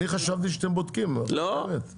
אני חשבתי שאתם בודקים, אני אומר לך את האמת.